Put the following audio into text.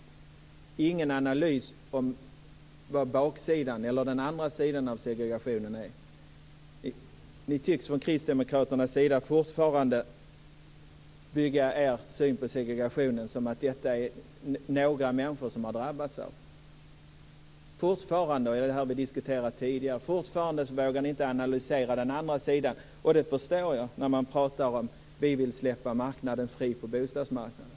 Det finns ingen analys av vad den andra sidan av segregationen är. Ni kristdemokrater tycks fortfarande bygga er syn på segregationen på att den är något som några människor har drabbats av. Fortfarande, och detta har vi tidigare diskuterat, vågar ni inte analysera den andra sidan. Det förstår jag, med tanke på vad som sägs i fråga om viljan att släppa marknaden fri vad gäller bostadsmarknaden.